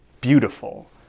beautiful